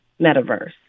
metaverse